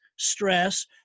stress